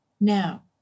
Now